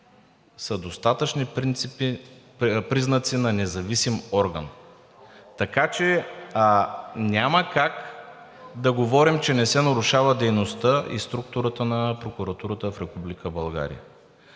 са достатъчни признаци на независим орган. Така че няма как да говорим, че не се нарушава дейността и структурата на Прокуратурата в